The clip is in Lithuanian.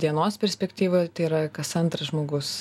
dienos perspektyvoj tai yra kas antras žmogus